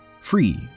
free